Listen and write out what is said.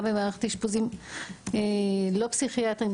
גם במערכת אשפוזים לא פסיכיאטריים,